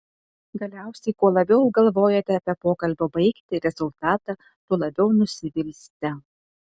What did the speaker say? galiausiai kuo labiau galvojate apie pokalbio baigtį rezultatą tuo labiau nusivilsite